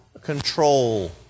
control